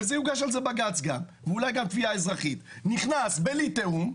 אחמד טיבי ויוגש על זה בג"ץ ואולי גם תביעה אזרחית נכנס בלי תיאום.